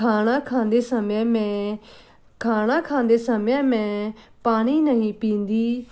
ਖਾਣਾ ਖਾਂਦੇ ਸਮੇਂ ਮੈਂ ਖਾਣਾ ਖਾਂਦੇ ਸਮੇਂ ਮੈਂ ਪਾਣੀ ਨਹੀਂ ਪੀਂਦੀ